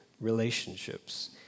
relationships